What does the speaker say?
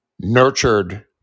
nurtured